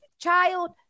child